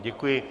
Děkuji.